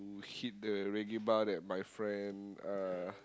to hit the Reggae-Bar that my friend uh